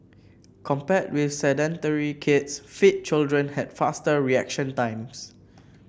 compared with sedentary kids fit children had faster reaction times